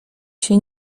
się